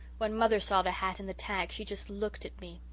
when mother saw the hat and the tag she just looked at me.